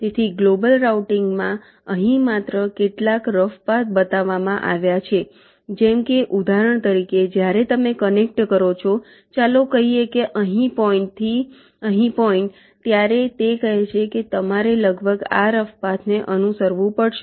તેથી ગ્લોબલ રાઉટીંગમાં અહીં માત્ર કેટલાક રફ પાથ બતાવવામાં આવ્યા છે જેમ કે ઉદાહરણ તરીકે જ્યારે તમે કનેક્ટ કરો છો ચાલો કહીયે અહી પોઈન્ટ થી અહી પોઈન્ટ ત્યારે તે કહે છે કે તમારે લગભગ આ રફ પાથને અનુસરવું પડશે